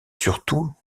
surtout